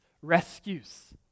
rescues